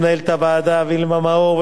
למנהלת הוועדה וילמה מאור,